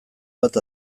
bat